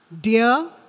Dear